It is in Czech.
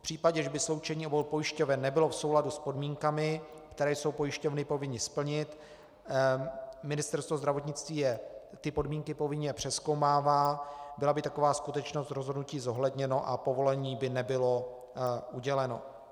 V případě, že by sloučení obou pojišťoven nebylo v souladu s podmínkami, které jsou pojišťovny povinny splnit Ministerstvo zdravotnictví podmínky povinně přezkoumává byla by taková skutečnost zohledněna a povolení by nebylo uděleno.